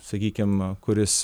sakykim kuris